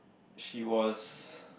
she was